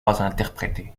interprété